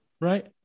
right